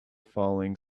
falling